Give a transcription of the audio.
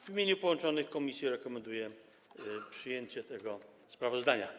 W imieniu połączonych komisji rekomenduję przyjęcie tego sprawozdania.